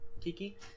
kiki